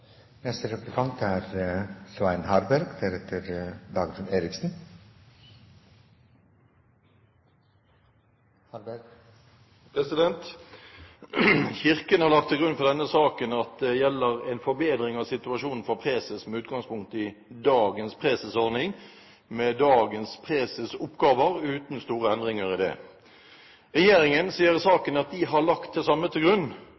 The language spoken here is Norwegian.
Kirken har lagt til grunn for denne saken at det gjelder en forbedring av situasjonen for preses med utgangspunkt i dagens presesordning og med dagens preses' oppgaver uten store endringer i det. Regjeringen sier i saken at de har lagt det samme til grunn,